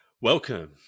Welcome